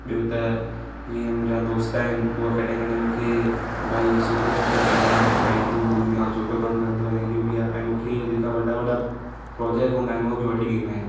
ॿियों त जीअं मुंहिंजा दोस्त आहिनि उहे कॾहिं कॾहिं मूंखे भई सुठो सुठो चवंदा आहिनि की भई तूं जाम सुठो कमु कंदो आहे इहो बि आहे ऐं मूंखे जेका वॾा वॾा प्रोजेक्ट हूंदा आहिनि उहे बि वठी ॾींदा आहिनि